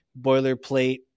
boilerplate